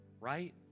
Right